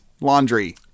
laundry